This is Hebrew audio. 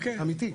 אמיתי.